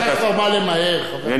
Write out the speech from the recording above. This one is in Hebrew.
אין לך כבר מה למהר, חבר הכנסת.